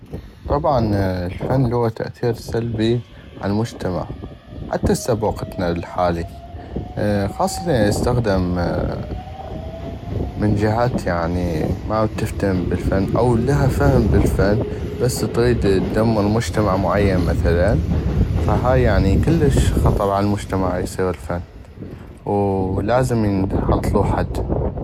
طبعا الفن لو تاثير سلبي على المجتمع حتى هسه بوقتنا الحالي خاصة اذا استخدم من جيهات يعني ما تفتهم بل الفن او لها فهم بل الفن بس تغيد ادمر مجتمع معين مثلا فهاي يعني كلش خطر على المجتمع اصيغ الفن ولازم ينحطلو حد.